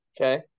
Okay